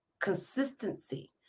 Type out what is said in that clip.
consistency